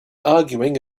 arguing